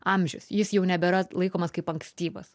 amžius jis jau nebėra laikomas kaip ankstyvas